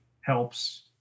helps